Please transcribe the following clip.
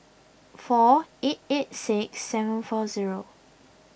four eight eight six seven four zero